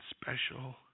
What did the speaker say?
special